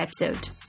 episode